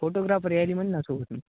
photographer यायली न ना सोबतून